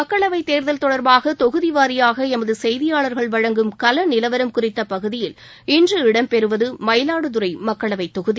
மக்களவைத் தேர்கல் தொடர்பாக தொகுதி வாரியாக எமது செய்தியாளர்கள் வழங்கும் கள நிலவரம் குறித்த பகுதியில் இன்று இடம் பெறுவது மயிலாடுதுறை மக்களவை தொகுதி